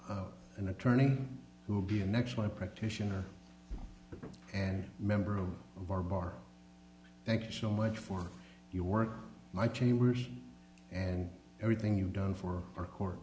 s an attorney who will be the next my practitioner and member of our bar thank you so much for your work my chambers and everything you've done for our court